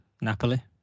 Napoli